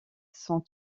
sont